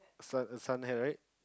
it's like a sun hat right